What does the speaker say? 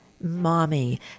Mommy